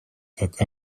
как